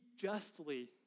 justly